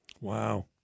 Wow